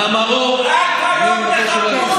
מאמרו, רק היום תכבדו אותו.